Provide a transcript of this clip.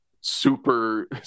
super